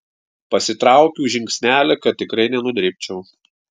pasitraukiu žingsnelį kad tikrai nenudribčiau